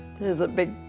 there was a big